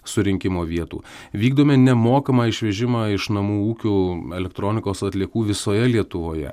surinkimo vietų vykdome nemokamą išvežimą iš namų ūkių elektronikos atliekų visoje lietuvoje